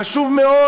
חשוב מאוד,